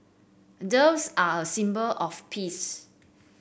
doves are a symbol of peace